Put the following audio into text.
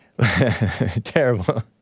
Terrible